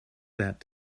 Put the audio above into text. that